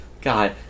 God